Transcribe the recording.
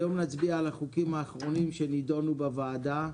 היום נצביע על החוקים האחרונים שנידונו בוועדה,